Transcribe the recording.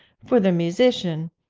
for the musician,